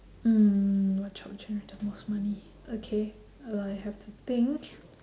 mm what job generate the most money okay uh I have to think